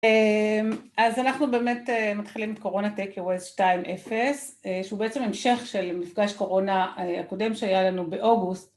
‫אז אנחנו באמת מתחילים ‫את corona take aways 2.0, ‫שהוא בעצם המשך של מפגש קורונה ‫הקודם שהיה לנו באוגוסט.